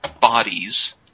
bodies